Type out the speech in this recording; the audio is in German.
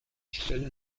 stellen